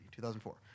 2004